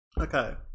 Okay